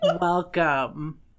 Welcome